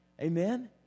Amen